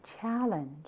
challenge